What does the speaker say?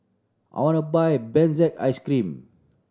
I want to buy Benzac Cream